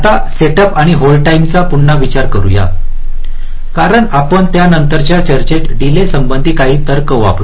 आता सेटअप आणि hold time चा पुन्हा विचार करूया कारण आपण त्यानंतरच्या चर्चेत डीले संबंधित काही तर्क वापरू